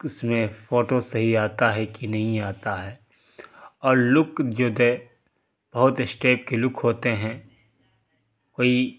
کہ اس میں فوٹو صحیح آتا ہے کہ نہیں آتا ہے اور لک جو دے بہت اسٹے کے لک ہوتے ہیں کوئی